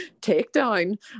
takedown